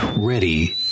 ready